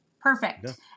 Perfect